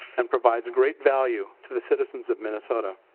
and provides great value to the citizens of minnesota.